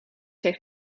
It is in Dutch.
heeft